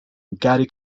garry